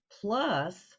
plus